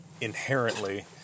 Inherently